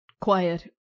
quiet